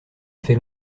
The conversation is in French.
fait